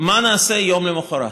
מה נעשה יום למוחרת.